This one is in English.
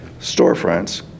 storefronts